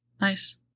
Nice